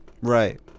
Right